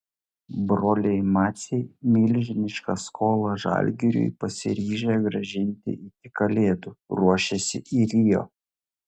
broliai maciai milžinišką skolą žalgiriui pasiryžę grąžinti iki kalėdų ruošiasi į rio